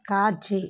காட்சி